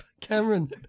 Cameron